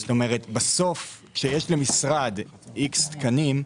בסוף, כשיש למשרד "איקס" תקנים,